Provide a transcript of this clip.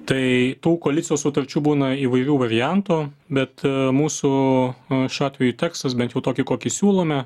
tai tų koalicijos sutarčių būna įvairių variantų bet mūsų šiuo atveju tekstas bent jau tokį kokį siūlome